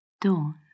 Dawn